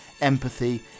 empathy